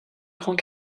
grand